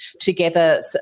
together